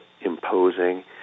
imposing